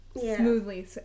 smoothly